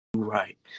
Right